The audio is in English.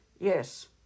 Yes